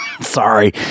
Sorry